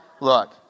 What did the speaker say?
look